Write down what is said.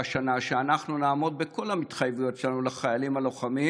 שנה שאנחנו נעמוד בכל ההתחייבויות שלנו לחיילים הלוחמים,